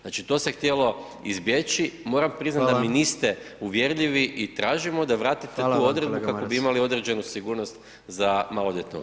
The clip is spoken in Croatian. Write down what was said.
Znači to se htjelo izbjeći, moram priznat da mi niste uvjerljivi i tražimo da vratite tu odredbe kako bi imali određenu sigurnost za maloljetne osobe.